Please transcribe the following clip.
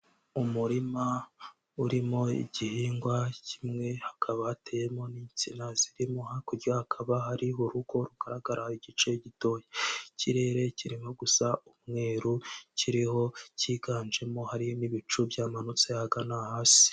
Umurima urimo igihingwa kimwe, hakaba hateyemo n'insina zirimo, hakurya hakaba hari urugo rugaragara igice gitoya, ikirere kirimo gusa umweru kiriho cyiganjemo, hari n'ibicu byamanutse ahagana hasi.